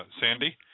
Sandy